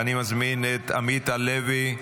אני מזמין את עמית הלוי.